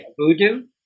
voodoo